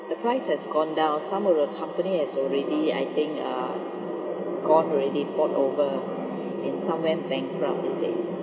the price has gone down some of the company has already I think uh gone already bought over and some went bankrupt you see